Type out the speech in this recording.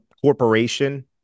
corporation